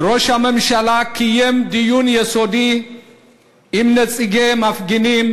ראש הממשלה קיים דיון יסודי עם נציגי המפגינים